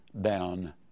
down